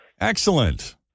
Excellent